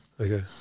Okay